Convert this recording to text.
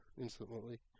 instantly